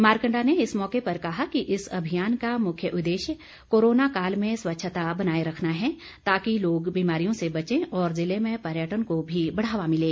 मारकंडा ने इस मौके पर कहा कि इस अभियान का मुख्य उद्देश्य कोरोना काल में स्वच्छता बनाए रखना है ताकि लोग बीमारियों से बचे और जिले में पर्यटन को भी बढ़ावा मिले